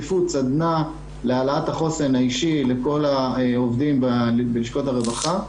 להעלאת החוסן האישי לכל העובדים בלשכות הרווחה,